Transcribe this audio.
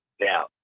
Now